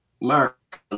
Mark